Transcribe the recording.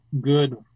good